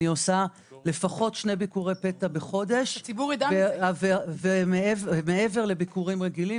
אני עושה לפחות שני ביקורי פתע בחודש מעבר לביקורים רגילים.